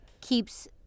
keeps